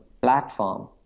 platform